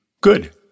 Good